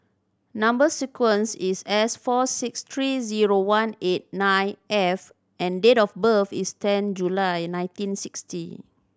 number sequence is S four six three zero one eight nine F and date of birth is ten July nineteen sixty